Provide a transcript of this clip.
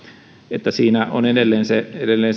että siinä on edelleen se